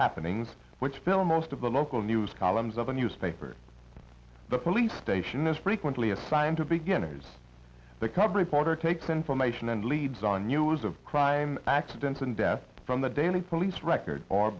happenings which fill most of the local news columns of a newspaper the police station is frequently assigned to beginners the cub reporter takes information and leads on news of crime accidents and death from the daily police record or